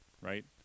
right